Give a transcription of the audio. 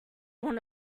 want